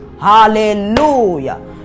hallelujah